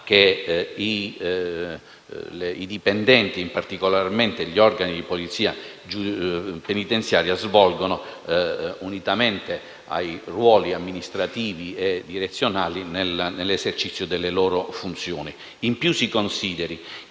che i dipendenti e, particolarmente, gli organi di polizia penitenziaria svolgono unitamente ai ruoli amministrativi e direzionali nell'esercizio delle loro funzioni. In più, si consideri